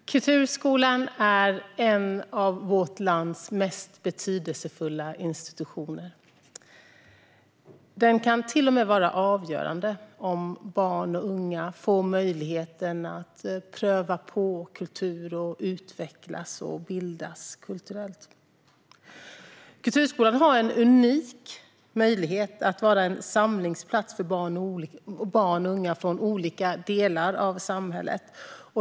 Fru talman! Kulturskolan är en av vårt lands mest betydelsefulla institutioner. Den kan till och med vara avgörande för om barn och unga får möjlighet att pröva på kultur, utvecklas och bildas kulturellt. Kulturskolan har en unik möjlighet att vara en samlingsplats för barn och unga från olika delar av samhället.